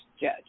judge